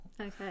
okay